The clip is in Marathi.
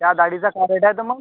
त्या डाळीचा काय रेट आहे तर मग